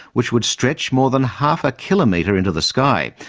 which would stretch more than half a kilometre into the sky.